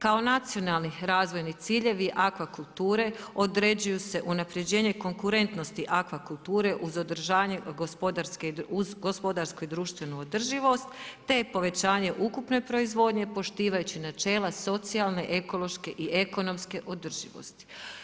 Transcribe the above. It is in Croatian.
Kao nacionalni razvojni ciljevi akvakulture određuju se unapređenje konkurentnosti akvakulture uz održavanje gospodarske, uz gospodarsku i društvenu održivost te povećanje ukupne proizvodnje poštivajući načela socijalne, ekološke i ekonomske održivosti.